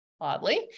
Oddly